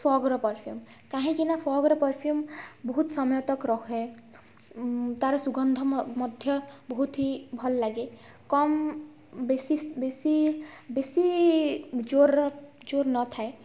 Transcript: ଫଗ୍ର perfume କାହିଁକିନା ଫଗ୍ର perfume ବହୁତ ସମୟତକ ରହେ ଉଁ ତା'ର ସୁଗନ୍ଧ ମଧ୍ୟ ବହୁତ ହି ଭଲ ଲାଗେ କମ୍ ବେଶୀ ବେଶୀ ବେଶୀ ଜୋର୍ର ଜୋର୍ ନଥାଏ